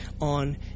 on